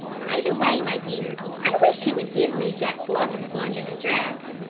by the way, my dear, i wish you would give me jack glover's london address,